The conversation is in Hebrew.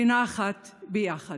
ונחת ביחד.